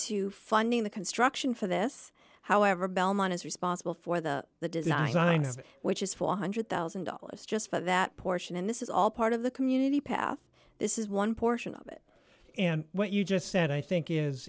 to funding the construction for this however belmont is responsible for the the design has which is four hundred thousand dollars just for that portion and this is all part of the community path this is one portion of it and what you just said i think is